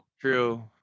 true